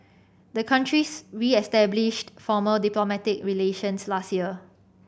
the countries reestablished formal diplomatic relations last year